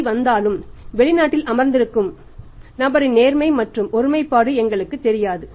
C வந்தாலும் வெளிநாட்டில் அமர்ந்திருக்கும் நபரின் நேர்மை மற்றும் ஒருமைப்பாடு எங்களுக்குத் தெரியாது